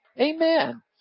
amen